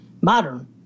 modern